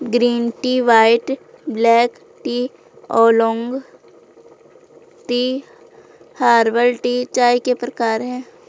green tea white black tea oolong tea herbal tea चाय के प्रकार है